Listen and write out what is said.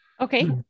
okay